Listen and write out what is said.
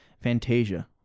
Fantasia